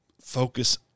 focus